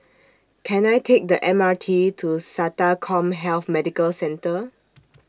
Can I Take The M R T to Sata Commhealth Medical Centre